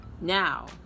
now